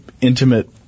intimate